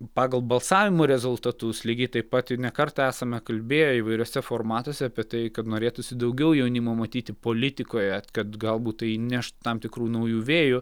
pagal balsavimo rezultatus lygiai taip pat ne kartą esame kalbėję įvairiuose formatuose apie tai kad norėtųsi daugiau jaunimo matyti politikoje kad galbūt tai įneš tam tikrų naujų vėjų